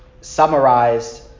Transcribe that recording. summarized